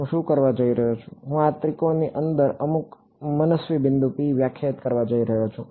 હું શું કરવા જઈ રહ્યો છું હું આ ત્રિકોણની અંદર અમુક મનસ્વી બિંદુ p વ્યાખ્યાયિત કરવા જઈ રહ્યો છું